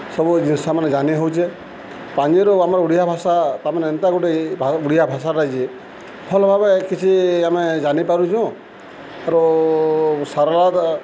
ସବୁ ଜିନିଷମାନେ ଜାନି ହଉଚେ ପାଞ୍ଜିରୁ ଆମର୍ ଓଡ଼ିଆ ଭାଷା ତାମାନେ ଏନ୍ତା ଗୁଟେ ଓଡ଼ିଆ ଭାଷାଟା ଯେ ଭଲ୍ ଭାବେ କିଛି ଆମେ ଜାନିପାରୁଚୁଁ ଆରୁ ସାରଳା ଦାସ୍